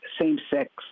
same-sex